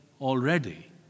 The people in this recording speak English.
already